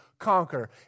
conquer